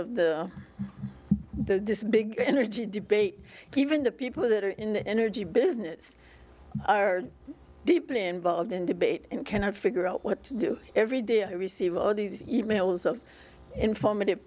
of this big energy debate even the people that are in the energy business are deeply involved in debate and cannot figure out what to do every day i receive all these emails of informative